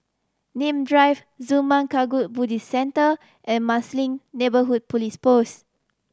Nim Drive Zurmang Kagyud Buddhist Centre and Marsiling Neighbourhood Police Post